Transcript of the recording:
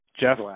Jeff